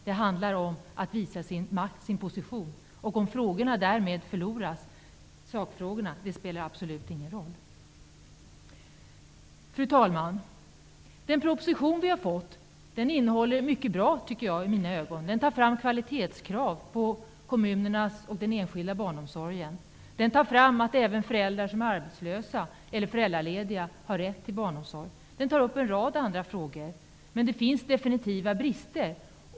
Det handlar om att visa sin makt och position. Att sakfrågorna därmed förloras spelar absolut ingen roll. Fru talman! Den proposition vi har fått innehåller i mina ögon mycket som är bra. Den ställer kvalitetskrav på kommunernas barnomsorg och på den enskilda barnomsorgen. Den föreslår att även föräldrar som är arbetslösa eller föräldralediga har rätt till barnomsorg. Den tar upp en rad andra frågor, men det finns definitiva brister.